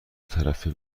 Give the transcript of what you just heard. طرفه